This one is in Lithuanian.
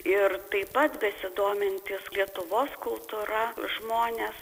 ir taip pat besidomintys lietuvos kultūra žmonės